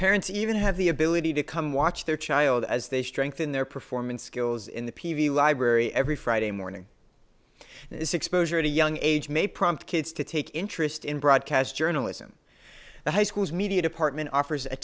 parents even have the ability to come watch their child as they strengthen their performance skills in the pv library every friday morning this exposure to young age may prompt kids to take interest in broadcast journalism the high school's media department offers a